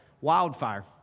wildfire